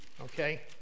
Okay